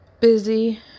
busy